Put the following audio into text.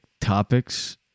topics